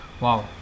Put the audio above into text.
Wow